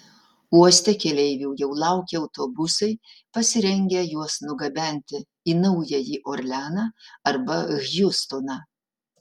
uoste keleivių jau laukia autobusai pasirengę juos nugabenti į naująjį orleaną arba hjustoną